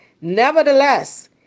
Nevertheless